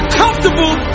comfortable